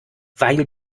weil